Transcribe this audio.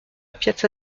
piazza